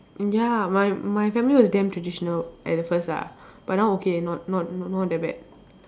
ya my my family was damn traditional at the first ah but now okay not not not that bad